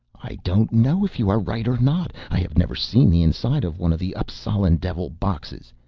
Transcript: i don't know if you are right or not. i have never seen the inside of one of the appsalan devil-boxes.